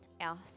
else